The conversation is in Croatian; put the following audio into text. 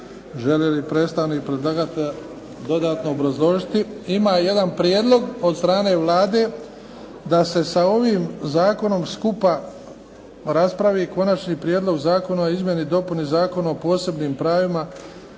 Želi li predstavnik predlagatelja dodatno obrazložiti? Ima jedan prijedlog od strane Vlade da se sa ovim zakonom skupa raspravi - Konačni prijedlog Zakona o izmjeni i dopuni Zakona o posebnim pravima